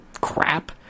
crap